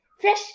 Fresh